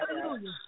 Hallelujah